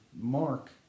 Mark